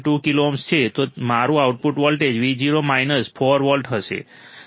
2 kilo ohm છે તો મારું output voltage Vo minus 4 volt હશે